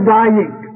dying